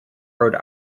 rhode